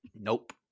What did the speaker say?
Nope